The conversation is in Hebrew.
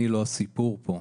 אני לא הסיפור פה,